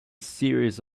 series